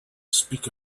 speak